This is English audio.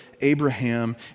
Abraham